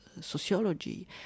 sociology